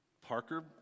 Parker